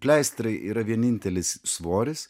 pleistrai yra vienintelis svoris